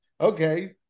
Okay